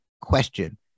question